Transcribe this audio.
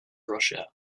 russia